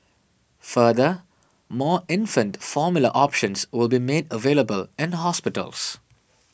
further more infant formula options will be made available in hospitals